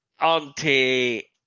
Auntie